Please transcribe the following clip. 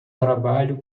trabalho